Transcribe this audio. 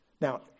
Now